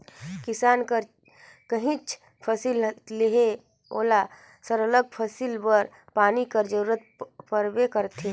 किसान हर काहींच फसिल लेहे ओला सरलग फसिल बर पानी कर जरूरत परबे करथे